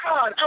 God